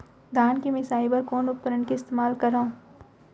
धान के मिसाई बर कोन उपकरण के इस्तेमाल करहव?